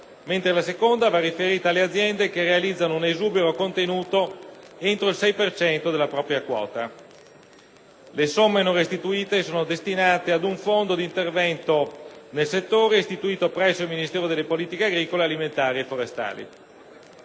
mentre la seconda va riferita alle aziende che realizzano un esubero contenuto entro il 6 per cento della propria quota. Le somme non restituite sono destinate ad un fondo di intervento nel settore istituito presso il Ministero delle politiche agricole, alimentari e forestali.